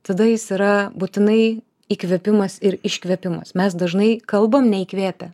tada jis yra būtinai įkvėpimas ir iškvėpimas mes dažnai kalbam neįkvėpę